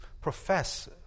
profess